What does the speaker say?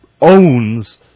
owns